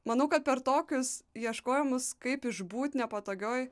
manau kad per tokius ieškojimus kaip išbūt nepatogioj